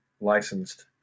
licensed